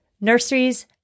nurseries